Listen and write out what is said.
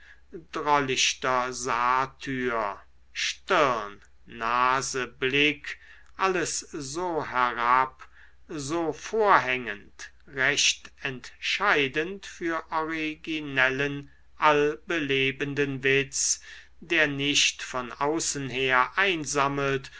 drollichter satyr stirn nase blick alles so herab so vorhängend recht entscheidend für originellen allbelebenden witz der nicht von außenher